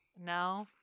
No